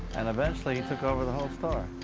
and eventually he took over the whole store.